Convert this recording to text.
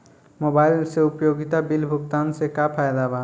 Mobile से उपयोगिता bill भुगतान से का फायदा बा?